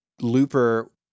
Looper